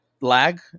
lag